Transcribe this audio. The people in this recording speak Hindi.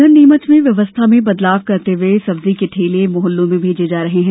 उधर नीमच में व्यवस्था में बदलाव करते हुए सब्जी के ठेले मोहल्लों में भेजे जा रहे हैं